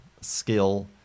skill